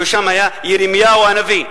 ובראשם ירמיהו הנביא,